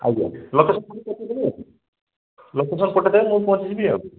ଆଜ୍ଞା ଲୋକ ସବୁ ଲୋକ ସବୁ ମୁଁ ପହଞ୍ଚି ଯିବି ଆଉ